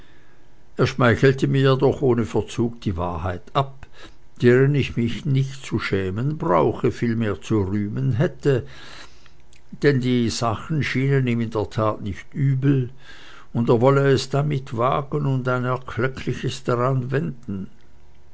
er schmeichelte mir jedoch ohne verzug die wahrheit ab deren ich mich nicht zu schämen brauche vielmehr zu rühmen hätte denn die sachen schienen ihm in der tat nicht übel und er wolle es damit wagen und ein erkleckliches daranwenden